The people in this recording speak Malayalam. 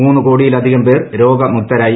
മൂന്നു കോടിയിലധികം പേർ രോഗമുക്തരായി